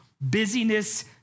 busyness